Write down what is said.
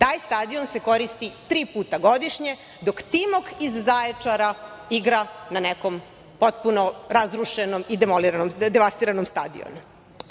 Taj stadion se koristi tri puta godišnje, dok „Timok“ iz Zaječara igra na nekom potpuno razrušenom i devastiranom stadionu. Poštovani